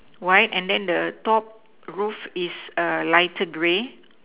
white and then the top roof is err lighter grey